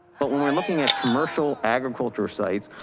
but when we're looking at commercial agriculture sites,